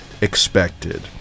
expected